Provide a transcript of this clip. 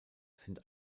sind